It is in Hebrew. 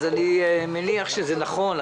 אז אני מניח שזה נכון,